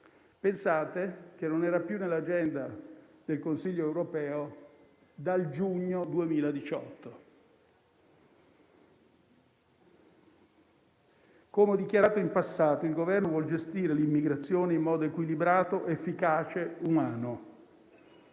Pensate che non era più nell'agenda del Consiglio europeo dal giugno 2018. Come ho dichiarato in passato, il Governo vuole gestire l'immigrazione in modo equilibrato, efficace e umano,